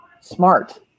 smart